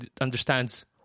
understands